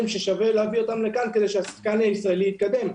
ששווה להביא אותם לכאן כדי שהשחקן הישראלי יתקדם.